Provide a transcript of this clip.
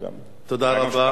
גם בחוק הקודם,